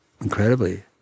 incredibly